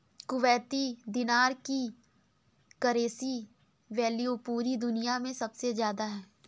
Kuwaiti दीनार की currency value पूरी दुनिया मे सबसे ज्यादा है